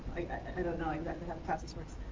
i don't know exactly how the process works,